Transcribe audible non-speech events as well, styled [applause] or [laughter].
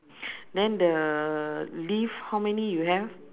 [breath] then the leaf how many you have